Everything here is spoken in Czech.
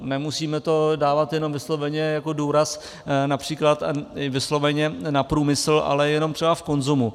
Nemusíme to dávat jenom vysloveně jako důraz například vysloveně na průmysl, ale jenom třeba v konzumu.